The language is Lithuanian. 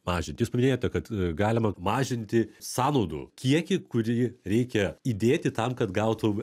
mažinti jūs paminėjote kad galima mažinti sąnaudų kiekį kurį reikia įdėti tam kad gautum